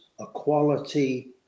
equality